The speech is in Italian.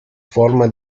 forma